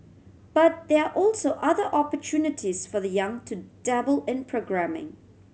but there are also other opportunities for the young to dabble in programming